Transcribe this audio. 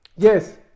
Yes